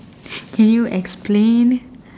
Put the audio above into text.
can you explain